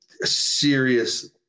serious